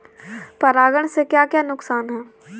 परागण से क्या क्या नुकसान हैं?